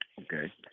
Okay